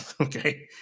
okay